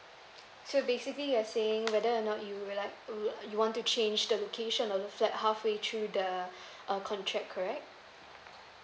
so basically you are saying whether or not you would like would you want to change the location of the flat halfway through the uh contract correct